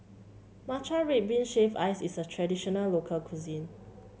Matcha Red Bean Shaved Ice is a traditional local cuisine